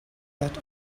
that